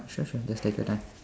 sure sure just take your time